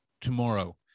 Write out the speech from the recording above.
tomorrow